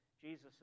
Jesus